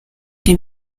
que